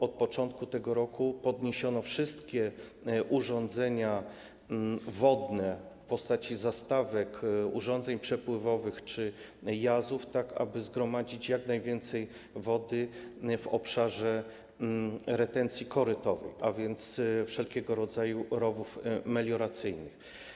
Od początku tego roku podniesiono wszystkie urządzenia wodne w postaci zastawek, urządzeń przepływowych czy jazów, aby zgromadzić jak najwięcej wody w obszarze retencji korytowej, a więc wszelkiego rodzaju rowów melioracyjnych.